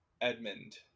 Edmund